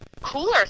cooler